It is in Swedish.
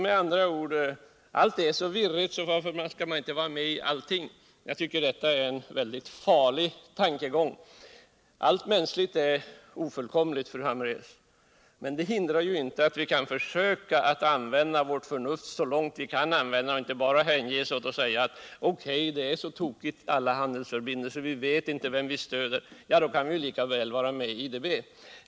Med andra ord: Allt är så virrigt, så varför skall man inte vara med? Jag tycker detta är en mycket farlig tankegång. Allt mänskligt är ofullkomligt, fru Hambraeus, men det hindrar inte att vi försöker använda vårt förnuft så långt vi kan och inte bara hänger oss åt att säga: O. K., det är så tråkigt med alla handelsförbindelser, vi vet inte vem vi stöder, och då kan vi lika väl vara med i IDB.